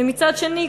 ומצד שני,